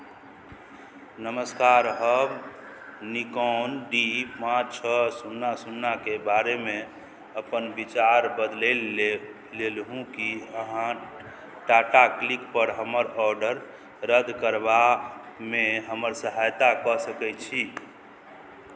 नमस्कार हम Nikon D पाँच छओ शुन्ना शुन्नाके बारेमे अपन विचार बदलि ले लेलहुँ की अहाँ टाटा क्लिकपर हमर ऑर्डर रद्द करबामे हमर सहायता कऽ सकैत छी